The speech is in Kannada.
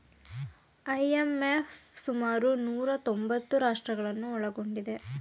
ಐ.ಎಂ.ಎಫ್ ಸುಮಾರು ನೂರಾ ತೊಂಬತ್ತು ರಾಷ್ಟ್ರಗಳನ್ನು ಒಳಗೊಂಡಿದೆ